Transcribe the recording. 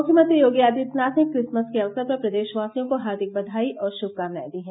मुख्यमंत्री योगी आदित्यनाथ ने क्रिसमस के अवसर पर प्रदेशवासियों को हार्दिक बधाई और श्भकामनायें दी हैं